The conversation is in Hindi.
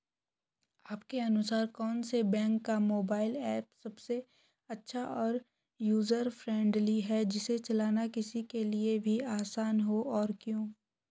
आपके अनुसार कौन से बैंक का मोबाइल ऐप सबसे अच्छा और यूजर फ्रेंडली है जिसे चलाना किसी के लिए भी आसान हो और क्यों?